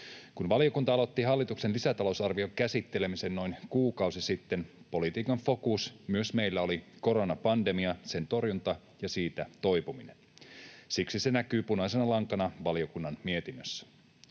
Kun valiokunta aloitti hallituksen lisätalousarvion käsittelemisen noin kuukausi sitten, politiikan fokuksessa myös meillä oli koronapandemia, sen torjunta ja siitä toipuminen. Siksi se näkyy punaisena lankana valiokunnan mietinnössä.